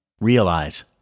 Realize